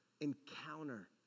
encounter